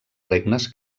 regnes